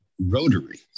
rotary